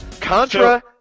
Contra